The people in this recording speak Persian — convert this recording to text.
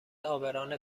عابران